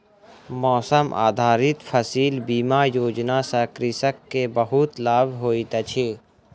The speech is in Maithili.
मौसम आधारित फसिल बीमा योजना सॅ कृषक के बहुत लाभ होइत अछि